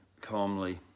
calmly